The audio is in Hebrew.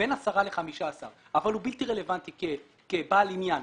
בין 10 ל-15 אחוזים אבל הוא בלתי רלוונטי כבעל עניין,